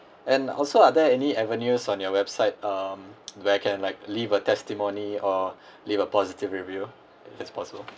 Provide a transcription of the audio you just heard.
and also are there any avenues on your website uh where I can like leave a testimony or leave a positive review if it's possible